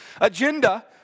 agenda